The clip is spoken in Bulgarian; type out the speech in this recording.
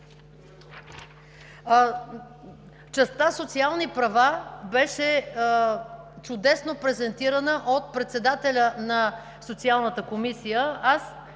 Частта „социални права“ беше чудесно презентирана от председателя на Социалната комисия. Аз